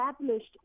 established